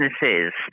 businesses